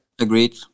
Agreed